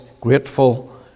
grateful